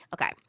Okay